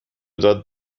داد